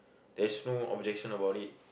there's no objection about it